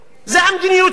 זו המדיניות שלנו.